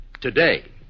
today